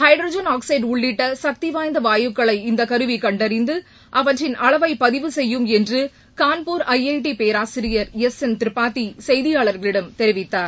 nitrogen oxide உள்ளிட்ட சக்திவாய்ந்த வாயுக்களை இந்த கருவி கண்டறிந்து அவற்றின் அளவை பதிவு செய்யும் என்று கான்பூர் ஐஐடி பேராசிரியர் எஸ் என் திரிபாதி செய்தியாளர்களிடம் தெரிவித்தார்